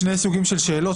שני סוגים של שאלות,